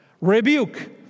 Rebuke